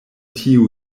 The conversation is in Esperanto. tiu